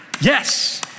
yes